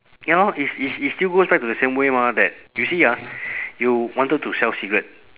ya lor it's it's it's still goes back to the same way mah that you see ah you wanted to sell cigarette